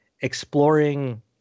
exploring